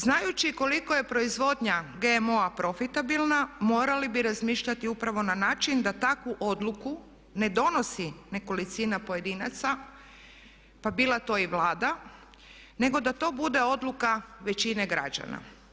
Znajući koliko je proizvodnja GMO-a profitabilna morali bi razmišljati upravo na način da takvu odluku ne donosi nekolicina pojedinaca pa bila to i Vlada, nego da to bude odluka većine građana.